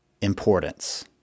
importance